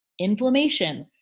inflammation,